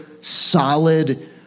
solid